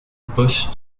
bush